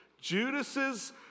Judas's